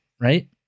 right